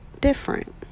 different